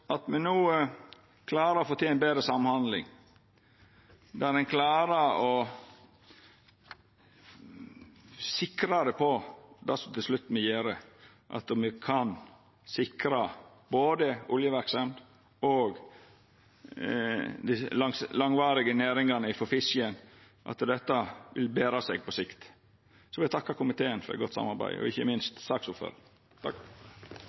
at me klarar å få til ei betre samhandling, der ein klarar det me til slutt må gjera: sikra både oljeverksemd og dei langvarige næringane frå fisket, og slik at det vil bera seg på sikt. Eg vil takka komiteen og ikkje minst saksordføraren for eit godt samarbeid.